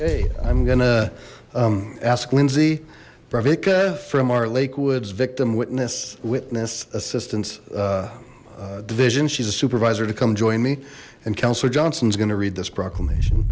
hey i'm gonna ask lindsay rebecca from our lake woods victim witness witness assistance division she's a supervisor to come join me and counselor johnson is going to read this proclamation